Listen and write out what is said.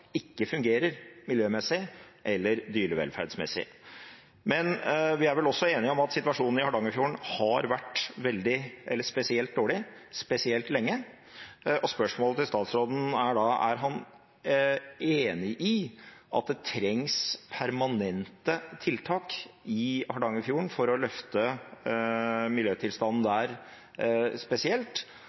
ikke fungerer miljømessig eller dyrevelferdsmessig. Vi er vel også enige om at situasjonen i Hardangerfjorden har vært spesielt dårlig, spesielt lenge, og spørsmålet til statsråden er da: Er han enig i at det trengs permanente tiltak i Hardangerfjorden for å løfte miljøtilstanden der spesielt,